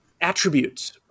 attributes